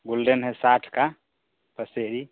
golden है साठ का पसेरी